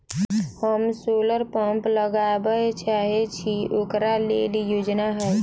हम solar pump लगाबै चाहय छी ओकरा लेल योजना हय?